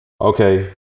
Okay